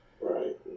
Right